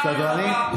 אני,